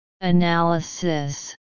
Analysis